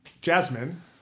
Jasmine